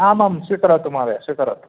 आमां स्वीकरोतु महोदय स्वीकरोतु